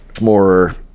more